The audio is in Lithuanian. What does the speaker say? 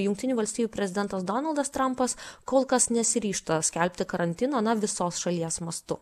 jungtinių valstijų prezidentas donaldas trampas kol kas nesiryžta skelbti karantino na visos šalies mastu